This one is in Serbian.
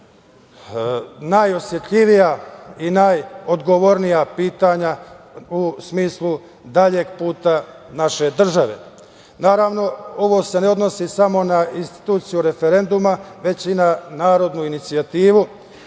najosetljivija i najodgovornija pitanja u smislu daljeg puta naše države. Naravno, ovo se ne odnosi samo na instituciju referenduma već i na narodnu inicijativu